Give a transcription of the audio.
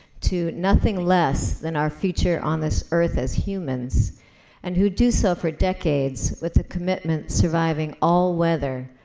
to nothing less than our future on this earth as humans and who do so for decades with the commitment surviving all weather,